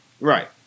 Right